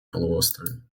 полуострове